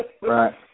Right